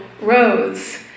rose